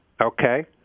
okay